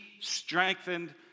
strengthened